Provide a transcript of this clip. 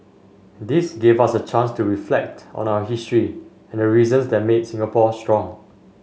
this gave us a chance to reflect on our history and the reasons that made Singapore strong